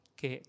che